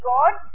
God